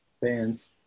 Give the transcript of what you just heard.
fans